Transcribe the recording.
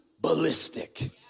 ballistic